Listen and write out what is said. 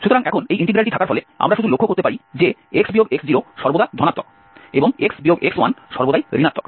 সুতরাং এখন এই ইন্টিগ্রালটি থাকার ফলে আমরা শুধু লক্ষ্য করতে পারি যে x x0 সর্বদা ধনাত্মক এবং সর্বদা ঋণাত্মক